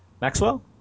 Maxwell